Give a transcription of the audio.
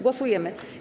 Głosujemy.